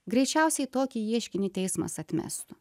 greičiausiai tokį ieškinį teismas atmestų